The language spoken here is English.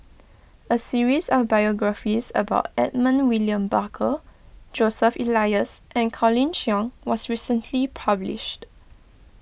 a series of biographies about Edmund William Barker Joseph Elias and Colin Cheong was recently published